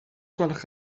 gwelwch